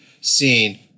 seen